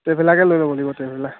ট্ৰেভেলাৰকে লৈ ল'ব লাগিব ট্ৰেভেলাৰ